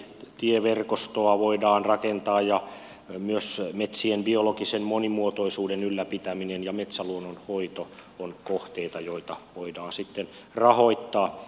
tieverkostoa voidaan rakentaa ja myös metsien biologisen monimuotoisuuden ylläpitäminen ja metsäluonnon hoito ovat kohteita joita voidaan rahoittaa